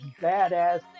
badass